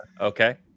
okay